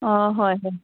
ꯑꯥ ꯍꯣꯏ ꯍꯣꯏ